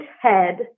head